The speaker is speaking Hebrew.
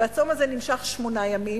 והצום הזה נמשך שמונה ימים.